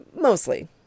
Mostly